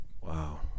Wow